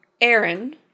Aaron